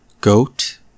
Goat